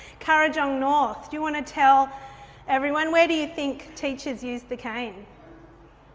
kurrajong north, do you want to tell everyone where do you think teachers used the cane?